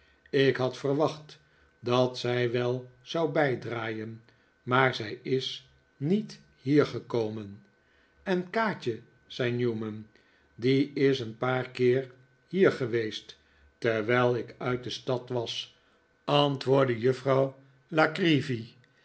ik had verwacht dat zij wel zou bijdraaien maar zij is niet hier gekomen en kaatje zei newman die is een paar keer hier geweest terwijl ik uit de stad was antwoordde